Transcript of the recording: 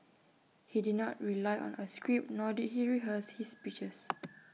he did not rely on A script nor did he rehearse his speeches